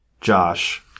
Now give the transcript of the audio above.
Josh